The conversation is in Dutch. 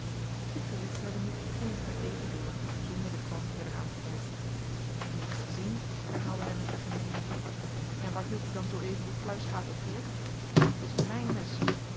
dit gezegd hebbende ging ik met eten door zonder den kwant verder aan te kijken niet gezien herhaalde hij met een gemeenen vloek en waar hieldje dan zoo even je kluisgaten op gericht t is mijn mes